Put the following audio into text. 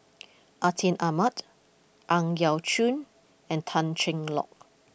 Atin Amat Ang Yau Choon and Tan Cheng Lock